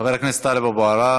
חבר הכנסת טלב אבו עראר,